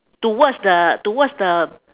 towards the towards the